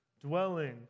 dwelling